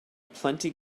plenty